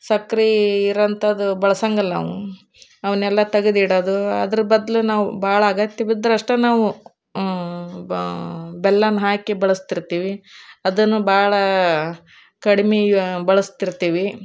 ಸಕ್ರೆ ಇರೋಂಥದ್ದು ಬಳ್ಸಂಗಿಲ್ಲ ನಾವು ಅವನ್ನೆಲ್ಲ ತಗದು ಇಡೋದು ಅದರ ಬದಲು ನಾವು ಭಾಳ ಅಗತ್ಯ ಬಿದ್ರೆ ಅಷ್ಟೆ ನಾವು ಬೆಲ್ಲನ ಹಾಕಿ ಬಳಸ್ತಿರ್ತೀವಿ ಅದನ್ನು ಭಾಳ ಕಡ್ಮೆ ಬಳಸ್ತಿರ್ತೀವಿ